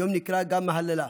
היום נקרא גם מהללה,